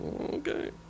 Okay